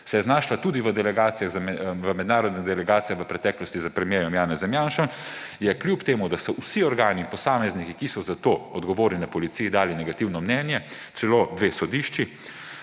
se je znašla tudi v mednarodnih delegacijah v preteklosti s premierjem Janezom Janšo, je kljub temu, da so vsi organi in posamezniki, ki so za to odgovorni na policiji, dali negativno mnenje, celo sodišče,